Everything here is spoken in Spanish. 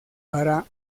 para